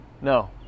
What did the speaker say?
no